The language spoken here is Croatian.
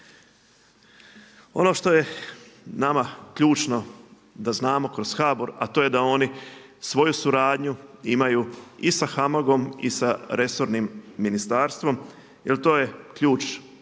Ono što je nama ključno da znamo kroz HBOR, a to je da oni svoju suradnju imaju i sa HAMAG-om i sa resornim ministarstvom jer to je ključ